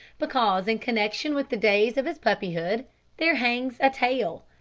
because in connection with the days of his puppyhood there hangs a tale.